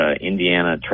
Indiana